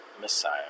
Messiah